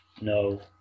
no